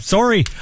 Sorry